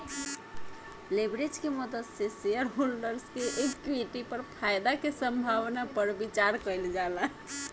leverage के मदद से शेयरहोल्डर्स के इक्विटी पर फायदा के संभावना पर विचार कइल जाला